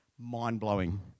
Mind-blowing